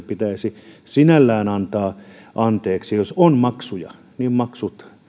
pitäisi sinällään antaa anteeksi jos on maksuja niin maksut